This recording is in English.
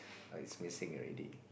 oh it's missing already